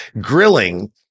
grilling